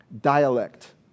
dialect